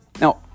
Now